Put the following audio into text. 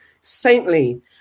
saintly